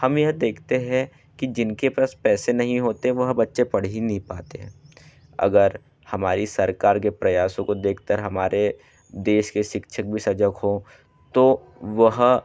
हम यह देखते हैं कि जिनके पास पैसे नहीं होते वह बच्चे पढ़ ही नहीं पाते हैं अगर हमारी सरकार के प्रयासों को देख कर हमारे देश के शिक्षक भी सजग हो तो वह